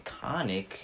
iconic